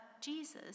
Jesus